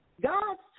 God's